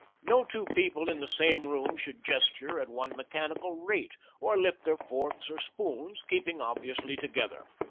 no two people in the same room should gesture at one mechanical rate, or lift their forks or spoons, keeping obviously together.